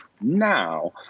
now